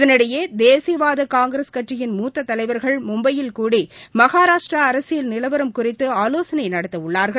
இதனிடையே தேசியவாத காங்கிரஸ் கட்சியின் மூத்த தலைவர்கள் மும்பையில் கூடி மஹாராஷ்ட்ரா அரசியல் நிலவரம் குறித்து ஆலோசனை நடத்தவுள்ளார்கள்